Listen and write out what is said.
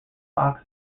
fox